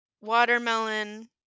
Watermelon